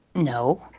no